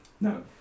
No